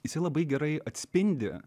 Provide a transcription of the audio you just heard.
jisai labai gerai atspindi